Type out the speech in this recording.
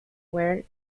wear